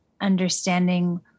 understanding